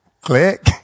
Click